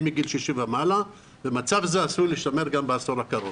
מגיל 60 ומעלה ומצב זה עשוי להישמר גם בעשור הקרוב.